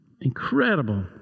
Incredible